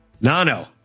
Nano